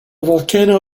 volcano